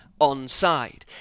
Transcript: onside